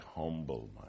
humble